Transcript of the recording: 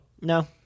No